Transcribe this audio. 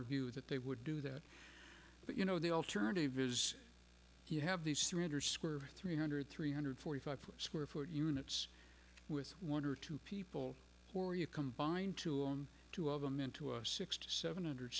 review that they would do that but you know the alternative is you have these three hundred square three hundred three hundred forty five square foot units with one or two people or you combine two on two of them into a six to seven hundred